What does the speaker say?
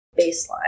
Baseline